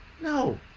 No